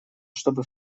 чтобы